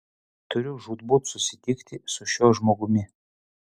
turiu žūtbūt susitikti su šiuo žmogumi